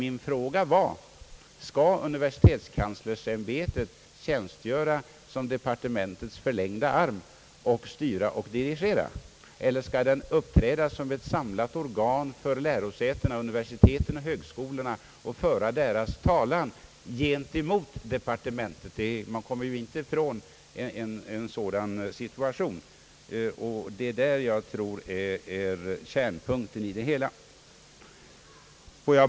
Min fråga var: Skall universitetskanslersämbetet tjänstgöra som departementets förlängda arm, styra och dirigera, eller skall ämbetet uppträda som ett samlat organ för lärosätena — universiteten och högskolorna — och föra deras talan gentemot departementet? Man kommer ju inte ifrån en sådan situation, och jag tror att detta är kärnpunkten i det hela.